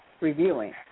reviewing